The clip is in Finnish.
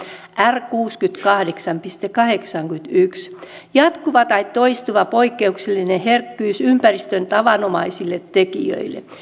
r r kuusikymmentäkahdeksan piste kahdeksankymmentäyksi jatkuva tai toistuva poikkeuksellinen herkkyys ympäristön tavanomaisille tekijöille